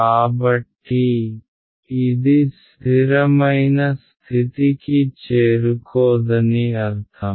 కాబట్టి ఇది స్ధిరమైన స్థితికి చేరుకోదని అర్థం